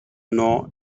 nor